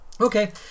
Okay